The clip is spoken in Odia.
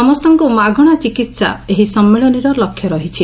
ସମସ୍ତଙ୍କୁ ମାଗଣା ଚିକିହା ଏହି ସମ୍ମିଳନୀର ଲକ୍ଷ୍ୟ ରହିଛି